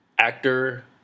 actor